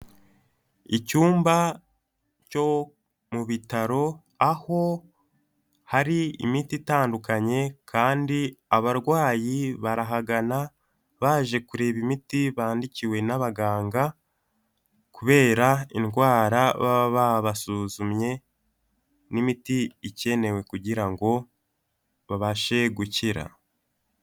Icyumba cyo mu bitaro aho hari imiti itandukanye kandi abarwayi barahagana baje kureba imiti bandikiwe n'abaganga kubera indwara baba babasuzumye n'imiti ikenewe kugira ngo babashe gukira.